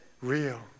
real